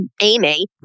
Amy